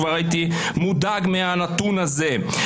כבר הייתי מודאג מהנתון הזה.